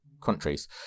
countries